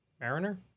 Mariner